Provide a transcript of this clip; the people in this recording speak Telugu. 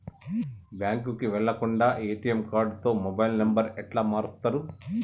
బ్యాంకుకి వెళ్లకుండా ఎ.టి.ఎమ్ కార్డుతో మొబైల్ నంబర్ ఎట్ల మారుస్తరు?